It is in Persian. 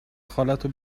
خالتو